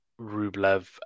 Rublev